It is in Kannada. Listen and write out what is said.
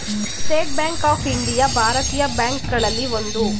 ಸ್ಟೇಟ್ ಬ್ಯಾಂಕ್ ಆಫ್ ಇಂಡಿಯಾ ಭಾರತೀಯ ಬ್ಯಾಂಕ್ ಗಳಲ್ಲಿ ಒಂದು